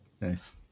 Nice